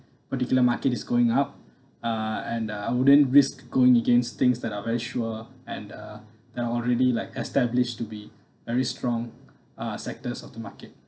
particular market is going up uh and uh I wouldn't risk going against things that are very sure and uh they are already like established to be very strong uh sectors of the market